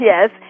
yes